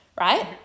right